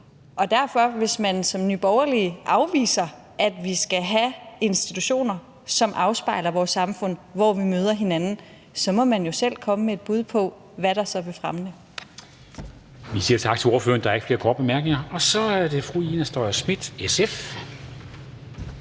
må man, hvis man som Nye Borgerlige afviser, at vi skal have institutioner, som afspejler vores samfund, hvor vi møder hinanden, jo så selv komme med et bud på, hvad der så vil fremme det.